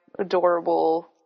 adorable